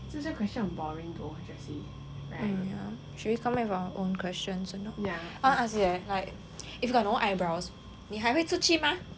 right should we come up with our own questions or not I ask you leh if you got no eyebrows 你还会出去吗